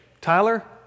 Tyler